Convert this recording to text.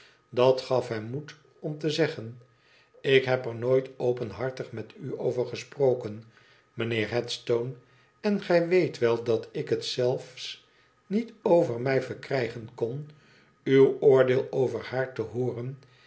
dat gaf hem moed om te zeggen ik heb er nooit openhartig met u over gesproken mijnheer headstone en gij weet wel dat ik het zelfs niet over mij verkrijgen kon uw oordeel over haar te hooren